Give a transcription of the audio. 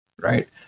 right